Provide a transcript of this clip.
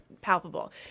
palpable